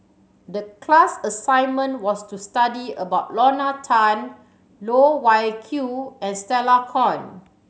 the class assignment was to study about Lorna Tan Loh Wai Kiew and Stella Kon